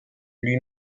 lui